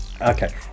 Okay